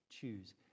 Choose